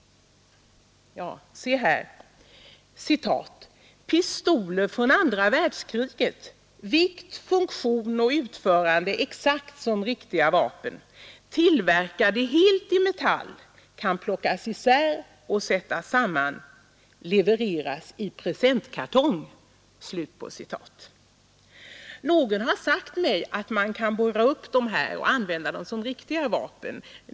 ”Pistoler från 2:a världskriget. Vikt, funktion och utförande exakt som riktiga vapen. Tillverkade helt i metall. Kan plockas isär och sättas samman. Levereras i presentkartong.” Någon har sagt mig att man kan borra upp dessa pistoler och använda dem som riktiga vapen.